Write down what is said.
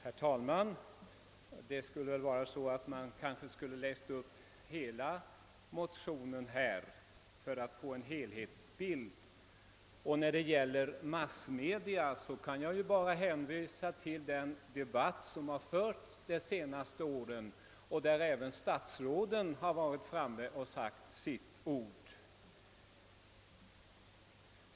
Herr talman! Man borde kanske ha läst upp hela motionen här för att få en helhetsbild. När det gäller massmedia kan jag bara hänvisa till den debatt som förts de senaste åren och där även statsråden har sagt sitt ord.